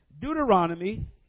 Deuteronomy